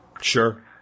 Sure